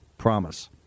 promise